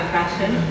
fashion